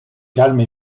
calme